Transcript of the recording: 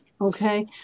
okay